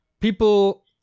People